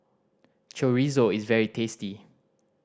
chorizo is very tasty